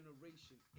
generation